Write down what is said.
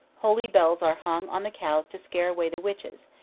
holy bells are hung on the cows to scare away the witches,